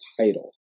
title